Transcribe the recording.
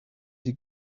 die